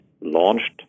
launched